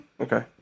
Okay